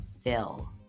fill